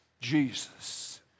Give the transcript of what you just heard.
Jesus